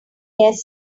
less